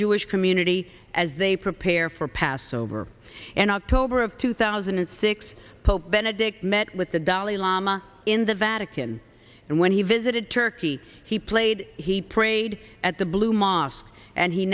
jewish community as they prepare for passover and october of two thousand and six pope benedict met with the dalai lama in the vatican and when he visited turkey he played he prayed at the blue mosque and he